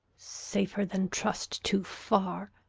safer than trust too far.